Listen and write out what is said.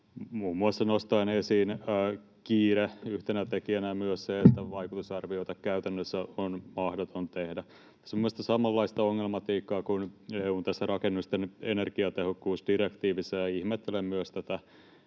muun muassa kiire yhtenä tekijänä ja myös se, että vaikutusarvioita on käytännössä mahdoton tehdä. Tässä on samanlaista ongelmatiikkaa kuin EU:n rakennusten energiatehokkuusdirektiivissä. Ja ihmettelen myös tätä